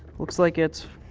looks like it's